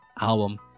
album